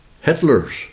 Hitler's